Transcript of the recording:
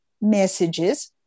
messages